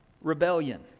rebellion